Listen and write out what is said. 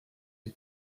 die